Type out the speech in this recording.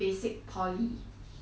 oh I see